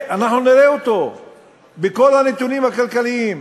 אנחנו נראה אותו בכל הנתונים הכלכליים.